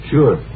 Sure